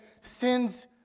sin's